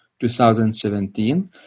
2017